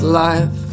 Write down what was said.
life